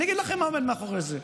אני אגיד לכם מה עומד מאחורי זה: